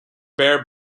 bear